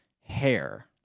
Hair